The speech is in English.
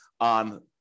on